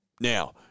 Now